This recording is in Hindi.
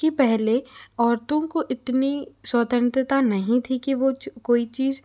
कि पहले औरतों को इतनी स्वतंत्रता नहीं थी कि वो कोई चीज़